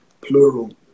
plural